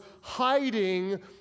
hiding